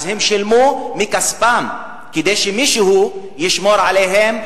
אז הם שילמו מכספם כדי שמישהו ישמור עליהם,